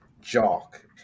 jock